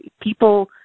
people